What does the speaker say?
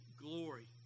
glory